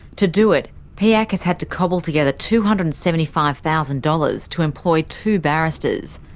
to do it, piac has had to cobble together two hundred and seventy five thousand dollars to employ two barristers.